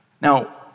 Now